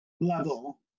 level